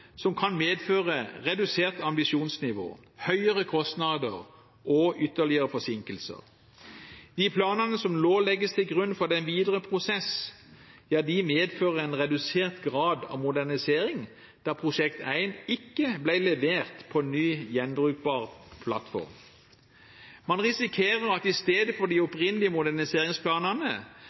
som kan medføre redusert ambisjonsnivå, høyere kostnader og ytterligere forsinkelser. De planene som nå legges til grunn for den videre prosess, medfører en redusert grad av modernisering, da Prosjekt 1 ikke ble levert på ny, gjenbrukbar plattform. Man risikerer at en i stedet for de